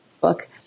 book